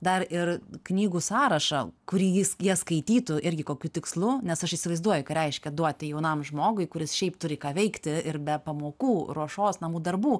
dar ir knygų sąrašą kurį jis jas skaitytų irgi kokiu tikslu nes aš įsivaizduoju ką reiškia duoti jaunam žmogui kuris šiaip turi ką veikti ir be pamokų ruošos namų darbų